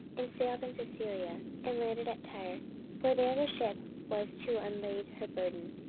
and sailed into syria, and landed at tyre for there the ship was to unlade her burden.